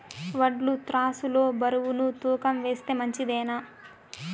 వడ్లు త్రాసు లో బరువును తూకం వేస్తే మంచిదేనా?